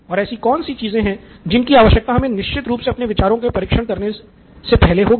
और ऐसी कौन सी चीजें हैं जिनकी आवश्यकता हमें निश्चित रूप से अपने विचारों का परीक्षण शुरू करने से पहले होगी